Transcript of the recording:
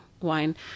wine